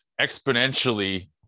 exponentially